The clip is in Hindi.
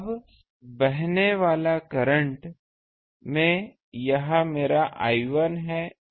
अब बहने वाला करंट में यह मेरा I1 है और यह मेरा I2 है